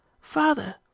Father